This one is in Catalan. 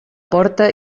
porta